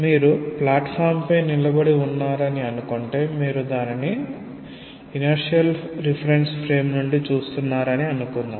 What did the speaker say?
మీరు ప్లాట్ఫాంపై నిలబడి ఉన్నారని అనుకుంటే మీరు దానిని ఇనర్షియల్ రిఫరెన్స్ ఫ్రేమ్ నుండి చూస్తున్నారని అనుకుందాం